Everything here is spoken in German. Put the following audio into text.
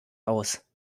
aus